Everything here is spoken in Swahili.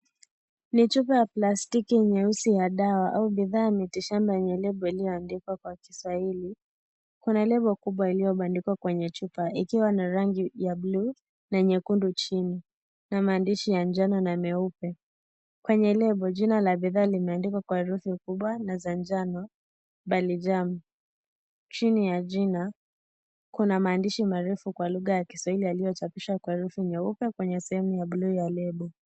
Ni chupa ya plastiki nyeusi ya dawa au bidhaa ya miti shamba yenye lebo iliyoandikwa kwa kiswahili . Kuna lebo kubwa iliyobandikwa kwenye chupa ikiwa na rangi ya blu na nyekundu chini na maandishi ya njano na meupe . Kwenye lebo jina la bidhaa limeandikwa kwa herufi kubwa na za njano BALIJAAM chini ya jina kuna maandishi marefu kwa lugha ya kiswahili yaliyochapishwa kwa herufi nyeupe kwenye sehemu ya blu ya lebo.